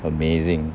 amazing